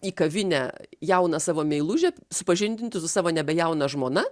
į kavinę jauną savo meilužę supažindinti su savo nebejauna žmona